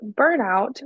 burnout